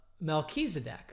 Melchizedek